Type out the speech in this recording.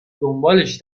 دنبالش